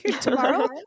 Tomorrow